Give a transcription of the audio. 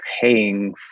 paying